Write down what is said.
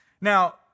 Now